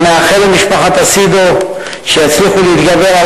אני מאחל למשפחת אסידו שיצליחו להתגבר על